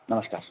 नमस्कार